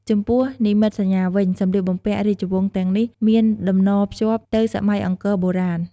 ចំពោះនិមិត្តសញ្ញាវិញ សម្លៀកបំពាក់រាជវង្សទាំងនេះមានតំណភ្ជាប់ទៅសម័យអង្គរបុរាណ។